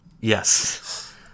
Yes